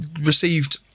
received